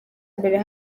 mbere